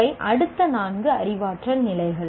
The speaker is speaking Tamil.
இவை அடுத்த நான்கு அறிவாற்றல் நிலைகள்